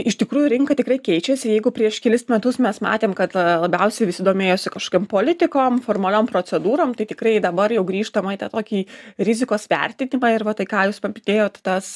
iš tikrųjų rinka tikrai keičiasi jeigu prieš kelis metus mes matėm kad labiausiai visi domėjosi kažkokiom politikom formaliom procedūrom tai tikrai dabar jau grįžtama į tą tokį rizikos vertinimą ir va tai ką jūs paminėjot tas